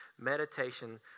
meditation